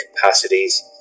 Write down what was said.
capacities